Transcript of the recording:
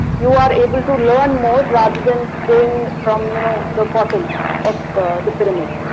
you are able to learn more rather than going from you know the bottom of the pyramid,